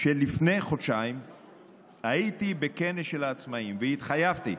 לפני חודשיים הייתי בכנס של העצמאים והתחייבתי